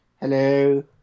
Hello